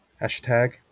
hashtag